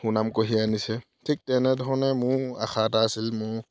সুনাম কঢ়িয়াই আনিছে ঠিক তেনেধৰণে মোৰো আশা এটা আছিল মোৰো